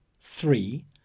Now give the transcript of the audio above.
three